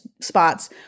spots